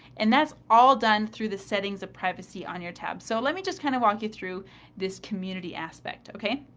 and that's all done through the settings of privacy on your tab. so, let me just kind of walk you through this community aspect, okay?